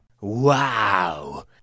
Wow